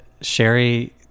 sherry